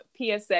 PSA